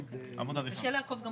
קשה לעקוב גם